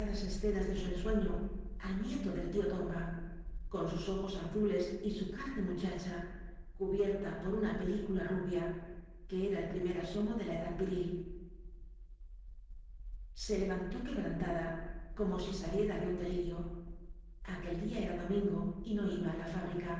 escenas de su ensueño al nieto del tío tomba con sus ojos azules y su cara de muchacha cubierta por una película rubia que era el primer asomo de la edad viril se levantó quebrantada como si saliera de un delirio aquel día era domingo y no iba á la fábrica